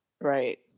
Right